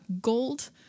gold